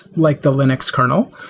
like the linux kernel,